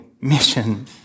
mission